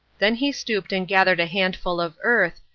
then he stooped and gathered a handful of earth,